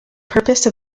purpose